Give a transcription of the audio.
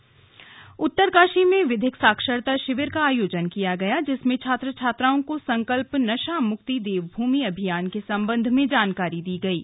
विधिक साक्षरता शिविर उत्तरकाशी में विधिक साक्षरता शिविर का आयोजन किया गया जिसमें छात्र छात्राओं को संकल्प नशा मुक्त देवभूमि अभियान के सम्बन्ध में जानकारी दी गयी